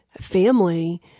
family